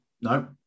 No